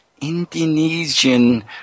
Indonesian